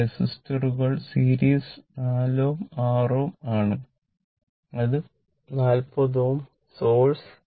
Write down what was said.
ഇവിടെ റെസിസ്റ്ററുകൾ സീരിസ് 4 Ω ഉം 6 Ω ഉം ആണ് ഇത് 40 വോൾട്ട് സോഴ്സ്